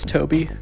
Toby